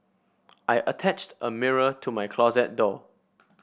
I attached a mirror to my closet door